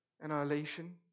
annihilation